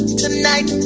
tonight